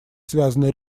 связаны